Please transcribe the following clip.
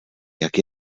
jak